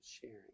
sharing